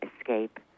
escape